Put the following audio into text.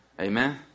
Amen